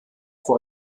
vor